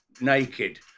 naked